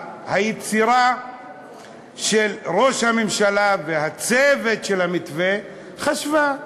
היצירה של ראש הממשלה והצוות של המתווה, חשבו: